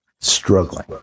struggling